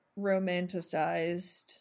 romanticized